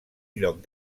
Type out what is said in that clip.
lloc